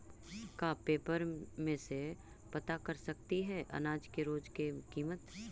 का पेपर में से पता कर सकती है अनाज के रोज के किमत?